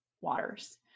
waters